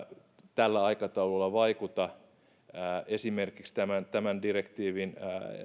tällä aikataululla vaikuta esimerkiksi tämän tämän direktiivin